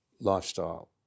lifestyle